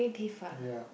ya